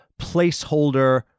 placeholder